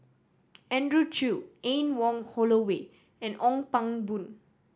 Andrew Chew Anne Wong Holloway and Ong Pang Boon